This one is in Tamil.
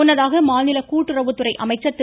முன்னதாக மாநில கூட்டுறவுத்துறை அமைச்சர் திரு